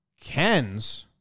Ken's